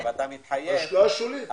השקעה שולית.